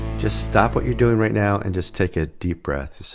just stop what you're doing right now and just take a deep breath.